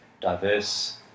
diverse